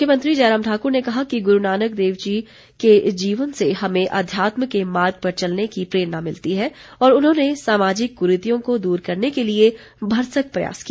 मुख्यमंत्री जयराम ठाक्र ने कहा कि गुरू नानकदेव जी के जीवन से हमें अध्यात्म के मार्ग पर चलने की प्रेरणा मिलती है और उन्होंने सामाजिक कुरीतियों को दूर करने के लिए भरसक प्रयास किया